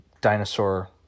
dinosaur